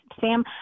Sam